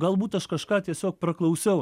galbūt aš kažką tiesiog praklausiau